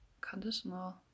conditional